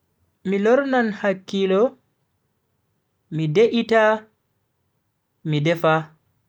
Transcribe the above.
Mi lornan hakkilo, mi de'ita mi defa.